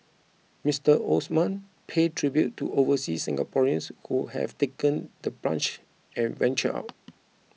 Mister Osman paid tribute to overseas Singaporeans who have taken the plunge and ventured out